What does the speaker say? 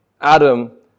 Adam